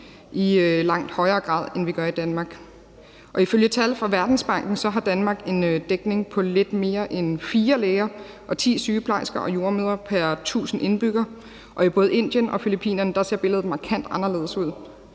i langt højere grad, end vi gør i Danmark. Ifølge tal fra Verdensbanken har Danmark en dækning på lidt mere end fire læger og ti sygeplejersker og jordemødre pr. tusind indbyggere, og i både Indien og Filippinerne ser billedet markant anderledes ud.